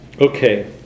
Okay